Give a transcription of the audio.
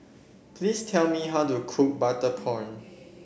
please tell me how to cook Butter Prawn